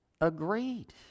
agreed